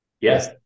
Yes